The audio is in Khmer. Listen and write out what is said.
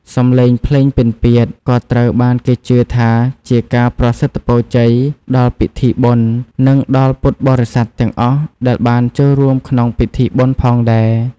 សំឡេងភ្លេងពិណពាទ្យក៏ត្រូវបានគេជឿថាជាការប្រសិទ្ធពរជ័យដល់ពិធីបុណ្យ និងដល់ពុទ្ធបរិស័ទទាំងអស់ដែលបានចូលរួមក្នុងពិធីបុណ្យផងដែរ។